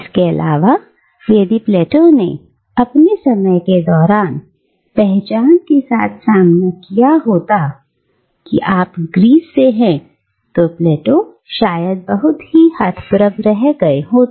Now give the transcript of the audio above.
इसके अलावा यदि प्लेटो ने अपने समय के दौरान पहचान के साथ सामना किया होता कि आप ग्रीस से हैं तो प्लेटो शायद बहुत ही हतप्रभ रह गए होते